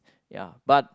ya but